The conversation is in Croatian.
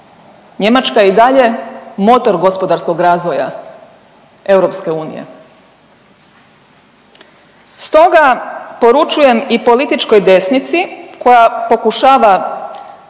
Njemačka je i dalje motor gospodarskog razvoja EU. Stoga poručujem i političkoj desnici koja pokušava